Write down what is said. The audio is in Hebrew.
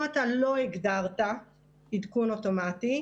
אם אתה לא הגדרת עדכון אוטומטי,